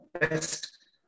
best